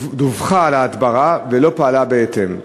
דווחה על ההדברה ולא פעלה בהתאם.